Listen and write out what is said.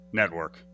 network